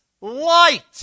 light